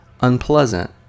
unpleasant